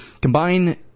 combine